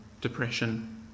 depression